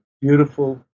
beautiful